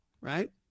Right